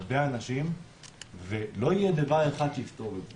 הרבה אנשים ולא יהיה דבר אחד שיפתור את זה.